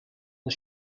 the